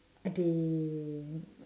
ah dey